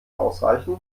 ausreichend